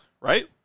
right